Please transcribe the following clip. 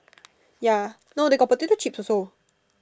ya no they got potato chips also